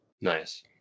nice